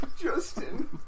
Justin